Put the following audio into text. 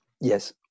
Yes